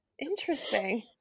interesting